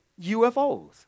UFOs